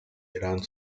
иран